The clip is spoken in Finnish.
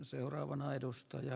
herra puhemies